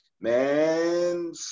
man